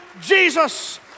Jesus